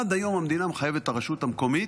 עד היום המדינה מחייבת את הרשות המקומית